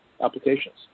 applications